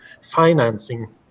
financing